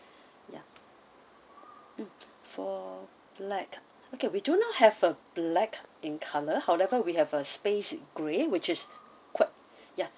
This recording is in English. yup mm for black okay we do not have a black in colour however we have a space grey which is quite yeah